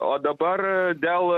o dabar dėl